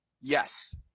Yes